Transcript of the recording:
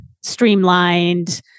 streamlined